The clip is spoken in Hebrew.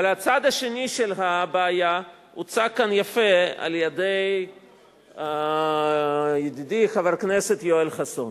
אבל הצד השני של הבעיה הוצג כאן יפה על-ידי ידידי חבר הכנסת יואל חסון.